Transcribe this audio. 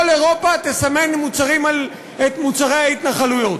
כל אירופה תסמן את מוצרי ההתנחלויות.